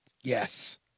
Yes